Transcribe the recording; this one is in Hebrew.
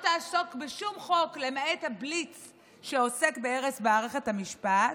תעסוק בשום חוק למעט הבליץ שעוסק בהרס מערכת המשפט,